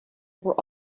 were